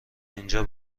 اینجا